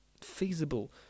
feasible